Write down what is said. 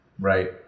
right